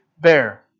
bear